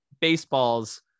baseballs